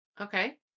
Okay